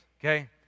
okay